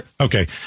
Okay